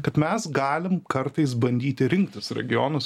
kad mes galim kartais bandyti rinktis regionus